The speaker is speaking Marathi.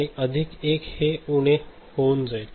आणि अधिक 1 हे उणे होऊन येईल